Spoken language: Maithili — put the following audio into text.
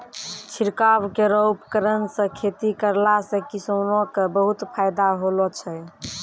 छिड़काव केरो उपकरण सँ खेती करला सें किसानो क बहुत फायदा होलो छै